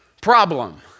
problem